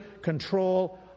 control